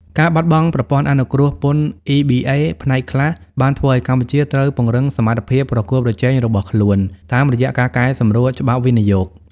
ការបាត់បង់ប្រព័ន្ធអនុគ្រោះពន្ធ EBA ផ្នែកខ្លះ បានធ្វើឱ្យកម្ពុជាត្រូវពង្រឹងសមត្ថភាពប្រកួតប្រជែងរបស់ខ្លួន តាមរយៈការកែសម្រួលច្បាប់វិនិយោគ។